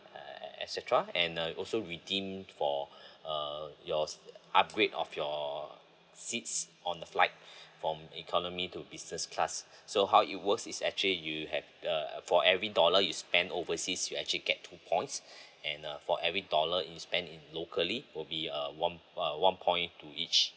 err et cetera and uh also redeem for err your upgrade of your seats on the flight from economy to business class so how it works is actually you have the for every dollar you spent overseas you actually get two points and uh for every dollar you spend in locally would be a one uh one point to each